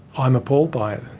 i'm appalled by it,